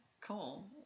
cool